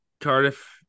Cardiff